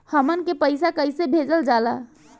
हमन के पईसा कइसे भेजल जाला?